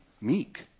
meek